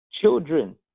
Children